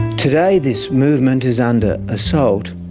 today this movement is under assault.